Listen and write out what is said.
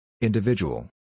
Individual